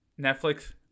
Netflix